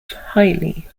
highly